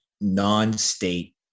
non-state